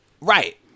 right